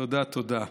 תודה, תודה.